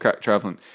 traveling